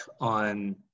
on